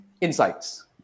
insights